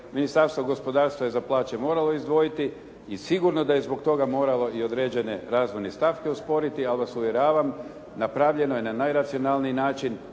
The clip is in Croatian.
Ministarstvo gospodarstva je za plaće moralo izdvojiti i sigurno da je zbog toga moralo i određene razvojne stavke usporiti ali vas uvjeravam napravljeno je na najracionalniji način